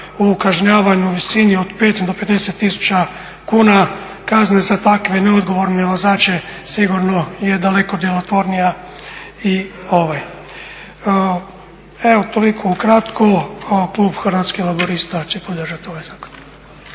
o kažnjavaju u visini od 5 do 50 tisuća kuna kazne za takve neodgovorne vozače sigurno je daleko djelotvornija. Evo toliko ukratko. Klub Hrvatskih laburista će podržati ovaj zakon.